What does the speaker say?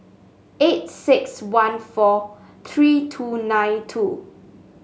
eight six one four three two nine two